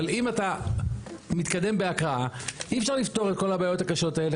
אבל אם אתה מתקדם בהקראה אי אפשר לפתור את כל הבעיות הקשות האלה.